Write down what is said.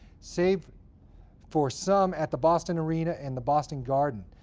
save for some at the boston arena and the boston garden.